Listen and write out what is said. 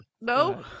No